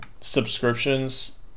subscriptions